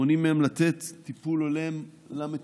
מונעים מהם לתת טיפול הולם למטופלים